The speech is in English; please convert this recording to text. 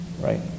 right